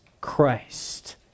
Christ